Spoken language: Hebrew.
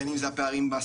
בין אם זה הפערים בשפה,